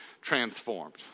transformed